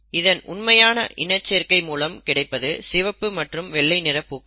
இதன் உண்மையான இனச்சேர்க்கை மூலம் கிடைப்பது சிவப்பு மற்றும் வெள்ளை நிறப் பூக்கள்